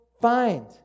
find